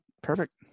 Perfect